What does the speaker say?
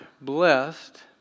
blessed